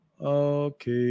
Okay